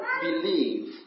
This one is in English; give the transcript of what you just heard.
believe